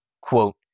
Quote